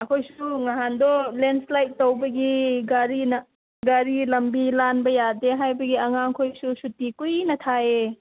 ꯑꯩꯈꯣꯏꯁꯨ ꯅꯍꯥꯟꯗꯣ landslide ꯇꯧꯕꯒꯤ ꯒꯥꯔꯤꯅ ꯒꯥꯔꯤ ꯂꯝꯕꯤ ꯂꯥꯟꯕ ꯌꯥꯗꯦ ꯍꯥꯏꯕꯒꯤ ꯑꯉꯥꯡ ꯈꯣꯏꯁꯨ ꯁꯨꯇꯤ ꯀꯨꯏꯅ ꯊꯥꯏꯌꯦ